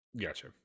Gotcha